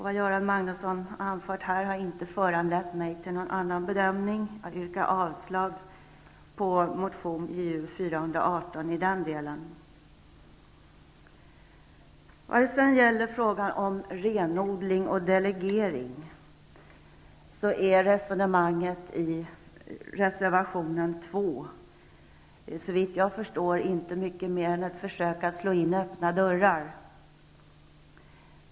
Vad Göran Magnusson har anfört här har inte föranlett mig till någon annan bedömning. Jag yrkar avslag på motion Ju418 i den delen. När det gäller frågan om renodling och delegering är resonemanget i reservation 2, såvitt jag förstår, inte mycket mer än ett försök att slå in öppna dörrar.